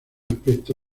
aspecto